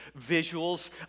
visuals